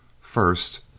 first